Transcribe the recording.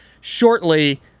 shortly